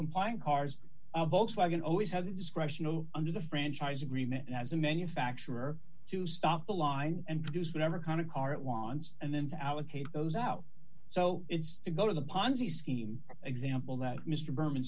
compliant cars volkswagen always have discretion under the franchise agreement as a manufacturer to stock the line and produce whatever kind of car it wants and then to allocate those out so it's to go to the ponzi scheme example that mr berman